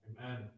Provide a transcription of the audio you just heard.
amen